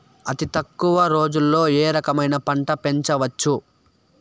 అతి తక్కువ రోజుల్లో ఏ రకమైన పంట పెంచవచ్చు?